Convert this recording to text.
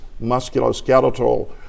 musculoskeletal